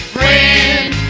Friend